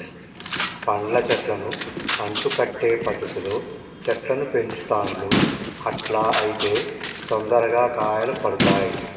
పండ్ల చెట్లను అంటు కట్టే పద్ధతిలో చెట్లను పెంచుతాండ్లు అట్లా అయితే తొందరగా కాయలు పడుతాయ్